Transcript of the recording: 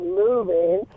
moving